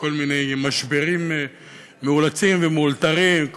בכל מיני משברים מאולצים ומאולתרים,